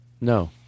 No